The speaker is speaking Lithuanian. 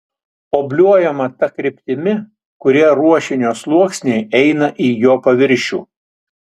obliuojama ta kryptimi kuria ruošinio sluoksniai eina į jo paviršių